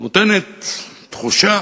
נותנת תחושה